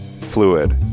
fluid